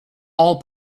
all